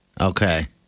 Okay